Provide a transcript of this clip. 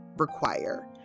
require